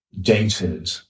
dated